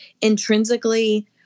intrinsically